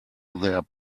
their